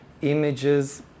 images